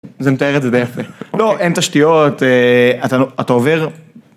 זה מתאר את זה דרך... לא אין תשתיות אתה עובר.